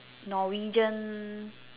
Norwegian